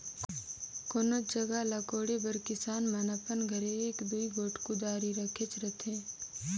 कोनोच जगहा ल कोड़े बर किसान मन अपन घरे एक दूई गोट कुदारी रखेच रहथे